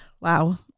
Wow